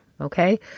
Okay